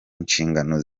inshingano